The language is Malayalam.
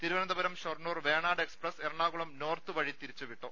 തിരുവനന്തപുരം ഷൊർണൂർ വേണാട് എക്സ്പ്രസ് എറണാകുളം നോർത്ത് വഴി തിരിച്ചു വിട്ടു